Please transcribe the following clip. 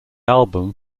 album